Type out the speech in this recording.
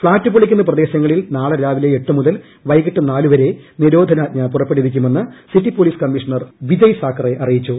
flat പൊളിക്കുന്ന പ്രദേശങ്ങളിൽ നാളെ രാവിലെ എട്ടുമുതൽ വൈകിട്ട് നാലുവരെ നിരോധനാജ്ഞ പുറപ്പെടുവിക്കുമെന്ന് city police commissioner Vijay Sakhare അറിയിച്ചു